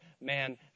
man